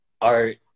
art